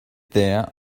there